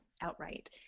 outright